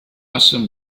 asim